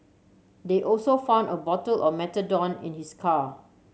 they also found a bottle of methadone in his car